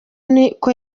niko